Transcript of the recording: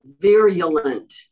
virulent